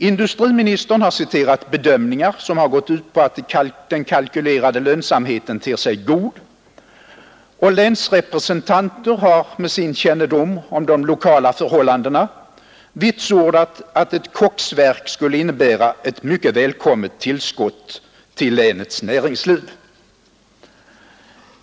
Industriministern har citerat bedömningar, som gått ut på att den kalkylerade lönsamheten ter sig god. Länsrepresentanter har med sin kännedom om de lokala förhållandena vitsordat att ett koksverk skulle innebära ett mycket välkommet tillskott till länets näringsliv.